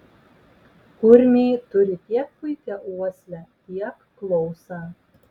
kurmiai turi tiek puikią uoslę tiek klausą